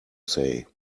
say